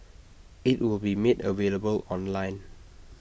IT will be made available online